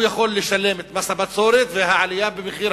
יכול לשלם את מס הבצורת ואת העלייה במחיר